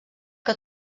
que